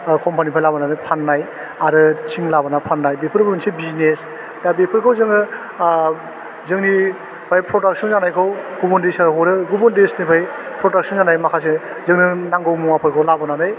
ओह कम्पानिफाइ लाबोनानै फान्नाय आरो थिं लाबोना फान्नाय बेफोर मोनसे बिजनेस दा बेफोरखौ जोङो आह जोंनिफाइ प्रडाकशन जानायखौ गुबुन देसाव हरो गुबुन देसनिफाइ प्रडाकशन जानाय माखासे जोंनो नांगौ मुवाफोरखौ लाबोनानै